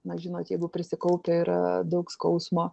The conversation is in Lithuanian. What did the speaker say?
na žinot jeigu prisikaupę yra daug skausmo